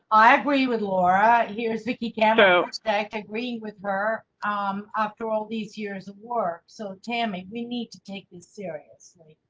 i agree with laura. here's vicky camera stacked. agree with her um after all these years of work. so, tammy, we need to take this seriously.